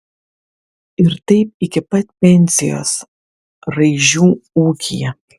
ir taip iki pat pensijos raižių ūkyje